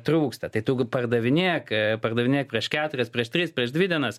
trūksta tai tu pardavinėk pardavinėk prieš keturiasprieš tris prieš dvi dienas